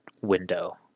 window